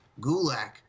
Gulak